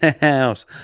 house